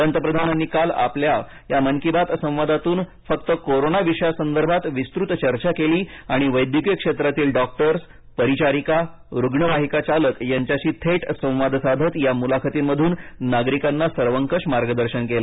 पंतप्रधानांनी काल आपल्या या मन की बात संवादातून फक्त कोरोंना विषयासंदर्भात विस्तृत चर्चा केली आणि वैद्यकीय क्षेत्रातील डॉक्टर्स परिचारिका रुग्णवाहिका चालक यांच्याशी थेट संवाद साधत या मुलाखतींमधून नागरीकांना सर्वंकष मार्गदर्शन केलं